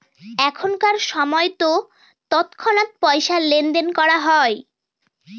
এখনকার সময়তো তৎক্ষণাৎ পয়সা লেনদেন করা হয়